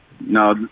No